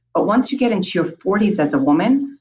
but once you get into your forties as a woman,